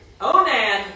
Onan